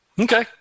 Okay